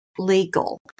Legal